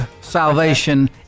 salvation